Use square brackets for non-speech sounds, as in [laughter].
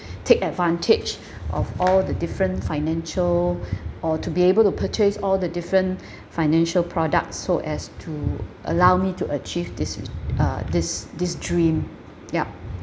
[breath] take advantage [breath] of all the different financial [breath] or to be able to purchase all the different [breath] financial products so as to allow me to achieve this [noise] uh this this dream ya